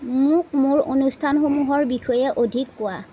মোক মোৰ অনুষ্ঠানসমূহৰ বিষয়ে অধিক কোৱা